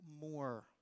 more